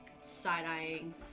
side-eyeing